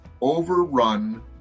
overrun